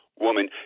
woman